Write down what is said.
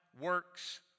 works